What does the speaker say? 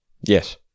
Yes